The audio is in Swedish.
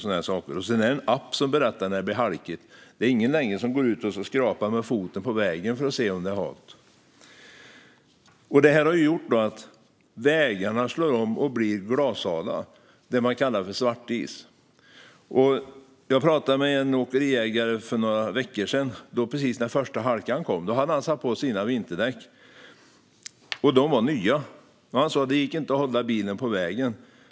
Det finns också en app som berättar när det blir halkigt. Det är inte längre någon som går ut och skrapar med foten på vägen för att se om det är halt. Det här har gjort att vägarna slår om och blir glashala, det man kallar för svartis. Jag pratade med en åkeriägare för några veckor sedan, precis när första halkan kom. Han hade då satt på vinterdäcken, som var nya. Han sa att det inte gick att hålla bilen på vägen.